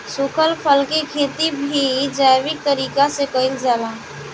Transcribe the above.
सुखल फल के खेती भी जैविक तरीका से कईल जाला